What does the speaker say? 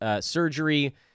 surgery